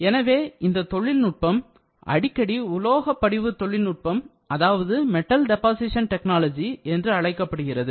எனவே இந்த தொழில்நுட்பம் அடிக்கடி உலோகப் படிவு தொழில்நுட்பம் அதாவது மெட்டல் டெப்பாசீஷன் டெக்னாலஜி என்று அழைக்கப்படுகிறது